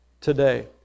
today